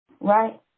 right